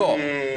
לא,